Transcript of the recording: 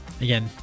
Again